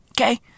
Okay